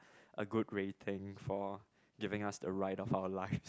a good rating for giving us a ride of our lives